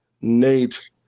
nate